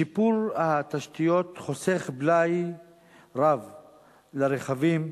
שיפור התשתיות חוסך בלאי רב לרכבים,